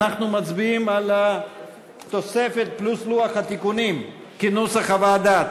אנחנו מצביעים על התוספת פלוס לוח התיקונים כנוסח הוועדה,